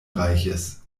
reiches